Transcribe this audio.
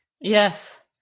Yes